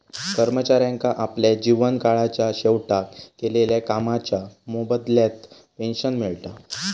कर्मचाऱ्यांका आपल्या जीवन काळाच्या शेवटाक केलेल्या कामाच्या मोबदल्यात पेंशन मिळता